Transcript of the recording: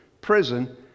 prison